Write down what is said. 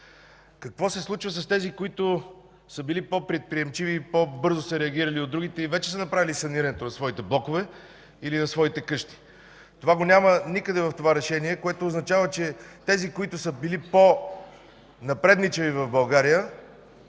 Какво се случва с тези, които са били по-предприемчиви и по бързо са реагирали от другите и вече са направили санирането на своите блокове или на своите къщи? Това го няма никъде в решението, което означава, че тези, които са били по-напредничави в България,